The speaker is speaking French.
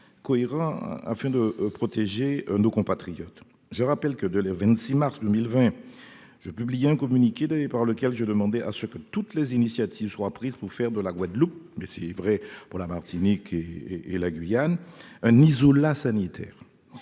contenu que la protection de nos compatriotes. Je rappelle que, dès le 26 mars 2020, je publiais un communiqué par lequel je demandais que toutes les initiatives soient prises pour faire de la Guadeloupe - mais cela valait également pour la Martinique et pour la Guyane -un isolat sanitaire.